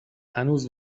هنوز